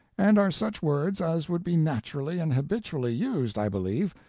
and are such words as would be naturally and habitually used, i believe,